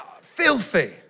filthy